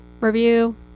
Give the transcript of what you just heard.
review